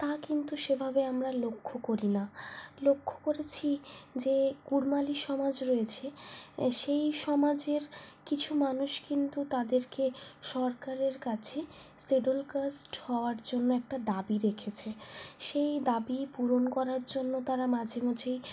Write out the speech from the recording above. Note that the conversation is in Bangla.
তা কিন্তু সেভাবে আমরা লক্ষ্য করি না লক্ষ্য করেছি যে কুরমালি সমাজ রয়েছে সেই সমাজের কিছু মানুষ কিন্তু তাদেরকে সরকারের কাছে শিডিউল কাস্ট হওয়ার জন্য একটা দাবি রেখেছে সেই দাবি পূরণ করার জন্য তারা মাঝে মাঝেই